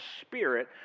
Spirit